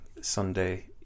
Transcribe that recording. Sunday